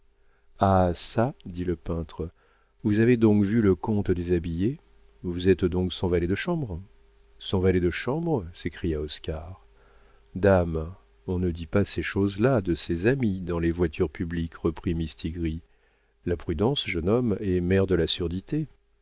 ah çà dit le peintre vous avez donc vu le comte déshabillé vous êtes donc son valet de chambre son valet de chambre s'écria oscar dame on ne dit pas ces choses-là de ses amis dans les voitures publiques reprit mistigris la prudence jeune homme est mère de la surdité